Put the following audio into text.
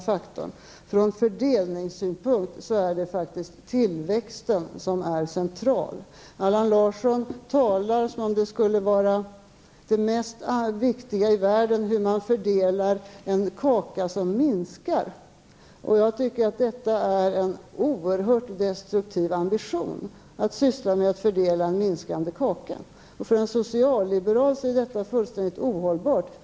Från fördelningssynpunkt är tillväxten central. Allan Larsson talar som om det mest viktiga i världen skulle vara hur man fördelar en kaka som minskar. Jag tycker att detta är en oerhört destruktiv ambition, nämligen att syssla med hur man fördelar en minskande kaka. För en socialliberal är detta fullständigt ohållbart.